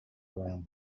around